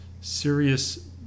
serious